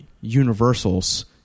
universals